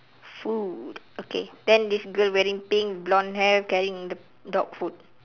food okay then this girl wearing pink blonde hair carrying the dog food